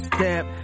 Step